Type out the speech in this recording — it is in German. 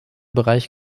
bereich